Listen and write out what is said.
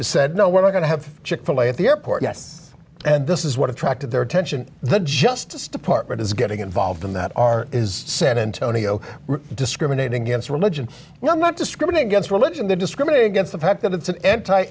said no we're not going to have chick fil a at the airport yes and this is what attracted their attention the justice department is getting involved in that are san antonio discriminating against religion not discriminate against religion they discriminate against the fact that it's an anti